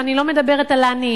ואני לא מדברת על העניים.